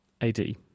AD